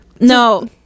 no